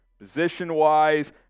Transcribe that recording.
Position-wise